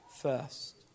first